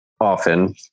often